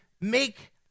make